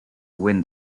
win